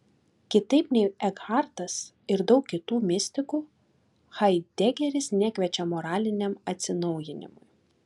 kitaip nei ekhartas ir daug kitų mistikų haidegeris nekviečia moraliniam atsinaujinimui